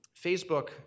Facebook